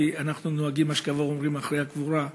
כי אנחנו נוהגים שאשכבה אומרים אחרי הקבורה,